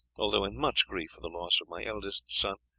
although in much grief for the loss of my eldest son,